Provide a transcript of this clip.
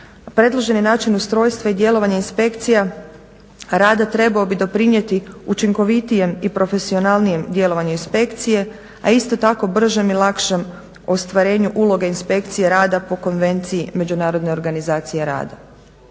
Predloženi način ustrojstva i djelovanja inspekcija rada trebao bi doprinijeti učinkovitijem i profesionalnijem djelovanju inspekcije, a isto tako bržem i lakšem ostvarenju uloge inspekcije rada po konvenciji Međunarodne organizacije rada.